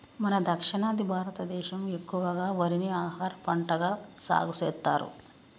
మన దక్షిణాది భారతదేసం ఎక్కువగా వరిని ఆహారపంటగా సాగుసెత్తారు